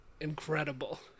incredible